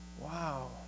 Wow